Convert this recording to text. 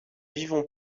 vivons